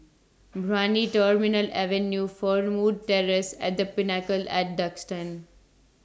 Brani Terminal Avenue Fernwood Terrace and The Pinnacle At Duxton